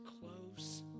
close